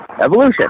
Evolution